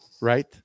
right